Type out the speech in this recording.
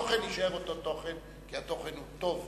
התוכן יישאר אותו תוכן, כי התוכן הוא טוב